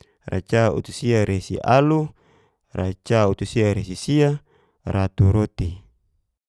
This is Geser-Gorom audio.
Racautualuresialu, racautualuresisia, rautusia.